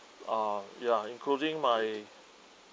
uh ya including my